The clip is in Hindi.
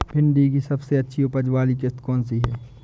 भिंडी की सबसे अच्छी उपज वाली किश्त कौन सी है?